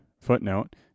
footnote